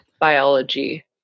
biology